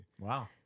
Wow